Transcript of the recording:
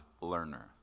learner